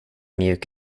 mjuk